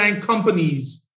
companies